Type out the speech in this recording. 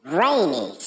rainy